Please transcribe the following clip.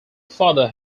father